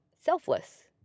selfless